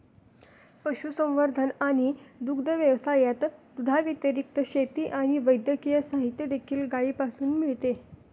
पशुसंवर्धन आणि दुग्ध व्यवसायात, दुधाव्यतिरिक्त, शेती आणि वैद्यकीय साहित्य देखील गायीपासून मिळते